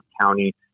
County